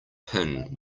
pin